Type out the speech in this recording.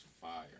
Fire